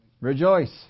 rejoice